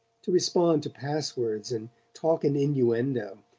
to respond to pass-words and talk in innuendo,